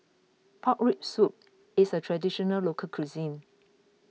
Pork Rib Soup is a Traditional Local Cuisine